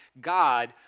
God